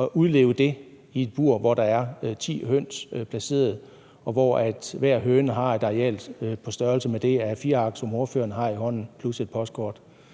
at udleve det i et bur, hvor der er ti høns placeret, og hvor hver høne har et areal på størrelse med det A4-ark, som ordføreren har i hånden, plus et postkort?